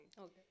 Okay